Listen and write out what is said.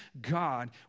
God